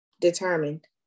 Determined